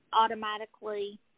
automatically